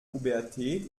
pubertät